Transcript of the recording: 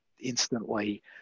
instantly